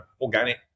organic